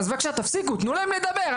אז בבקשה תפסיקו תנו להם לדבר,